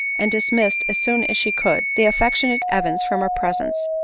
and dismissed, as soon as she could, the affectionate evans from her presence.